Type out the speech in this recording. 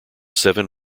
seven